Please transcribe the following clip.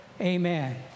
AMEN